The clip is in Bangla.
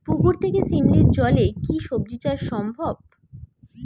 পুকুর থেকে শিমলির জলে কি সবজি চাষ সম্ভব?